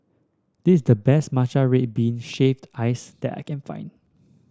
this is the best Matcha Red Bean Shaved Ice that I can find